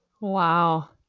Wow